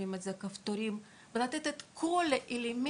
קוראים לזה "כפתורים" ולתת את כל האלמנטים.